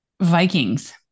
Vikings